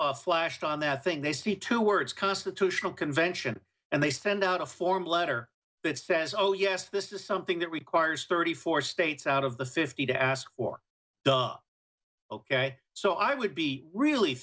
flashed on that thing they see two words constitutional convention and they send out a form letter that says oh yes this is something that requires thirty four states out of the fifty to ask or ok so i would be really